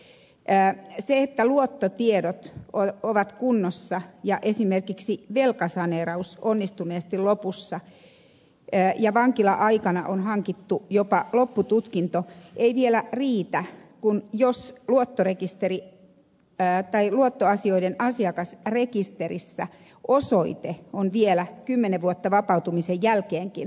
se että luottotiedot ovat kunnossa ja esimerkiksi velkasaneeraus on onnistuneesti lopussa ja vankila aikana on hankittu jopa loppututkinto ei vielä riitä jos luottoasioiden asiakasrekisterissä osoite on vielä kymmenen vuotta vapautumisen jälkeenkin keskusvankila